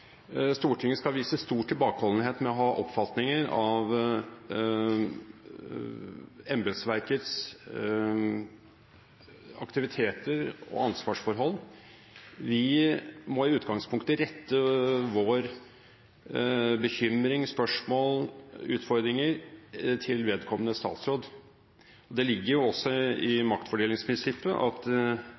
Stortinget skal vise stor tilbakeholdenhet med å ha oppfatninger av embetsverkets aktiviteter og ansvarsforhold. Vi må i utgangspunktet rette vår bekymring, våre spørsmål og våre utfordringer til vedkommende statsråd. Det ligger jo også i maktfordelingsprinsippet at